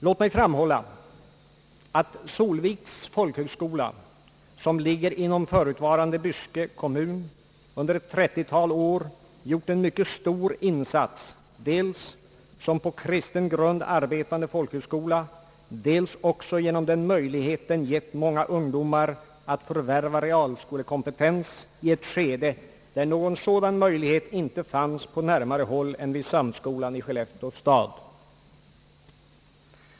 Låt mig framhålla att Solviks folkhögskola, som ligger inom förutvarande Byske kommun, under ett trettiotal år gjort en mycket stor insats, dels som på kristen grund arbetande folkhögskola, dels också genom den möjlighet den gett många ungdomar att förvärva realskolekompetens i ett skede där någon sådan möjlighet inte fanns på närmare håll än vid samskolan i Skellefteå stad.